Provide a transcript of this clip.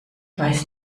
weiß